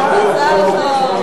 מזל טוב.